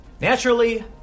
Naturally